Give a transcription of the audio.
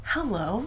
Hello